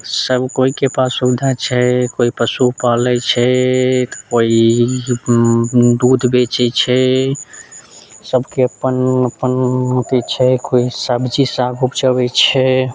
सब केओके पास सुविधा छै केओ पशु पालैत छै तऽ केओ दूध बेचैत छै सबके अपन अपन अथी छै केओ सब्जी साग उपजबैत छै